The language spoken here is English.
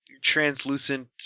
translucent